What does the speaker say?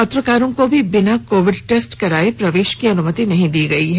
पत्रकारों को भी बिना कोविड टेस्ट कराये प्रवेश की अनुमति नहीं दी गई है